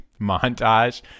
montage